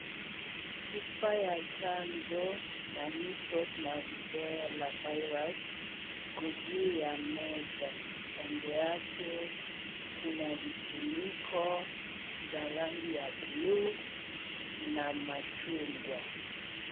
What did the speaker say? Chupa ya chanjo ya measles na rubella virus iko juu ya meza kando yake kuna vifuniko za rangi ya blue na machungwa.